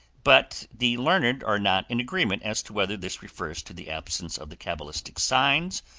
but the learned are not in agreement as to whether this refers to the absence of the cabalistic signs,